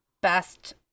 best